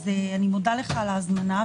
אז אני מודה לך על ההזמנה,